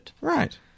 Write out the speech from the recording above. Right